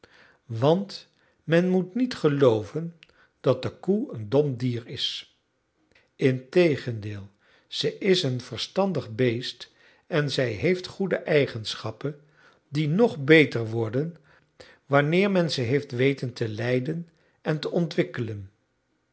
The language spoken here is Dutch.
want men moet niet gelooven dat de koe een dom dier is integendeel ze is een verstandig beest en zij heeft goede eigenschappen die nog beter worden wanneer men ze heeft weten te leiden en te ontwikkelen